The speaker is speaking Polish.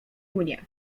mnie